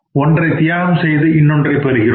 ஒன்றை தியாகம் செய்து இன்னொன்றை பெருகிறோம்